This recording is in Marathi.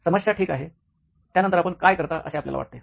समस्या ठीक आहे त्या नंतर आपण काय करता असे आपल्याला वाटते